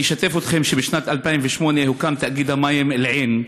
אני אשתף שבשנת 2008 הוקם תאגיד המים אל-עין,